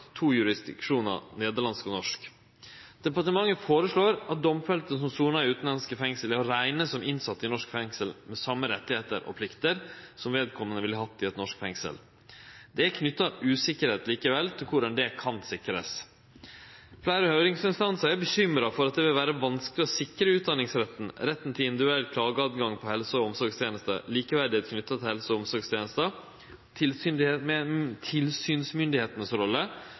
to jurisdiksjonar: nederlandsk og norsk. Departementet føreslår at domfelte som sonar i utanlandske fengsel, er å rekne som innsette i norske fengsel, med same rettar og pliktar som vedkomande ville hatt i eit norsk fengsel. Det er likevel knytt usikkerheit til korleis det kan sikrast. Fleire høyringsinstansar er bekymra for at det vil vere vanskeleg å sikre utdanningsretten, retten til individuelt høve til å klage på helse- og omsorgstenester, likeverd knytt til helse- og